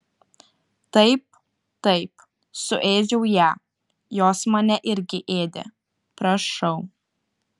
taip taip suėdžiau ją jos mane irgi ėdė prašau